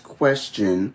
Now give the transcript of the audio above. question